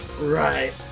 Right